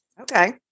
Okay